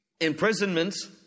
imprisonments